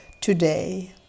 today